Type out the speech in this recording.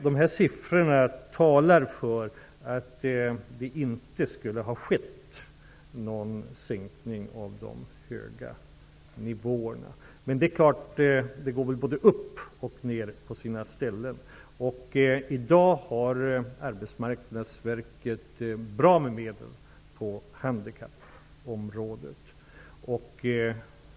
Dessa siffror talar för att det inte skulle skett någon sänkning av de höga nivåerna. Men det går väl både upp och ner på sina ställen. I dag har Arbetsmarknadsverket bra med medel vad gäller handikappområdet.